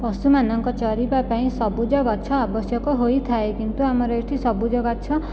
ପଶୁମାନଙ୍କ ଚରିବା ପାଇଁ ସବୁଜ ଗଛ ଆବଶ୍ୟକ ହୋଇଥାଏ କିନ୍ତୁ ଆମର ଏଠି ସବୁଜ ଗଛ